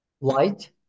light